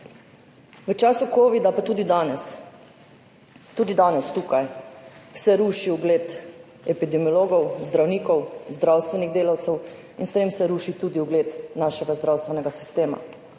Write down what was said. V času covida, pa tudi danes tu, se ruši ugled epidemiologov, zdravnikov, zdravstvenih delavcev in s tem se ruši tudi ugled našega zdravstvenega sistema.